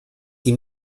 die